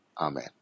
Amen